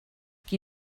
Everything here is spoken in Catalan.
qui